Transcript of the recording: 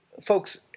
Folks